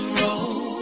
roll